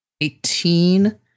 Eighteen